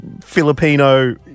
Filipino